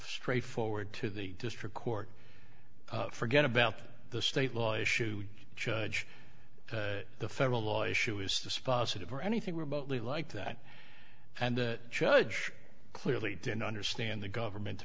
straight forward to the district court forget about the state law issue judge the federal law issue is dispositive or anything remotely like that and the judge clearly didn't understand the government to